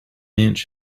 inch